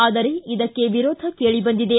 ಆದರೆ ಇದಕ್ಕೆ ವಿರೋಧ ಕೇಳಿ ಬಂದಿದೆ